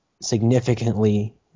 significantly